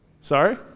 Sorry